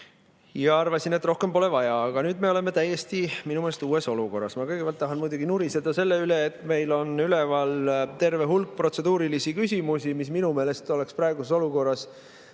ja arvasin, et rohkem pole vaja. Aga nüüd me oleme minu meelest täiesti uues olukorras. Ma kõigepealt tahan muidugi nuriseda selle üle, et meil on üleval terve hulk protseduurilisi küsimusi ja minu meelest oleks praeguses olukorras